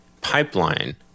pipeline